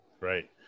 Right